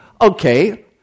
Okay